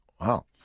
Wow